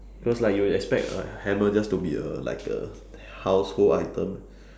because like you would expect a hammer just to be a like a household item